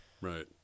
right